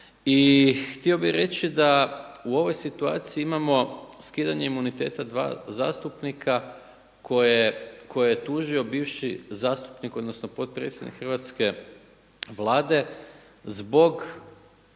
htio bih reći da u ovoj situaciji imamo skidanje imuniteta dva zastupnike koje je tužio bivši zastupnik odnosno potpredsjednik hrvatske Vlade zbog